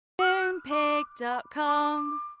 Moonpig.com